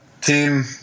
Team